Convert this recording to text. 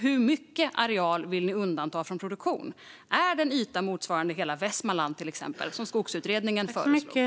Hur mycket areal vill ni undanta från produktion? Är det en yta motsvarande till exempel hela Västmanland, som Skogsutredningen föreslog?